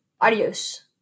Adios